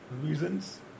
reasons